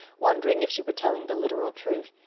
wondering if she were telling the literal truth.